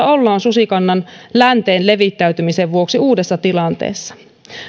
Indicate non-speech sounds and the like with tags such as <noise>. <unintelligible> ollaan susikannan länteen levittäytymisen vuoksi uudessa tilanteessa